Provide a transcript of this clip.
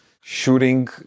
shooting